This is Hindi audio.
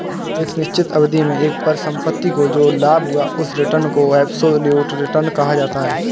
एक निश्चित अवधि में एक परिसंपत्ति को जो लाभ हुआ उस रिटर्न को एबसोल्यूट रिटर्न कहा जाता है